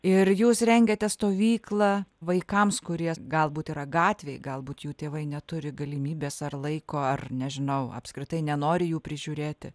ir jūs rengėte stovyklą vaikams kurie galbūt yra gatvėj galbūt jų tėvai neturi galimybės ar laiko ar nežinau apskritai nenori jų prižiūrėti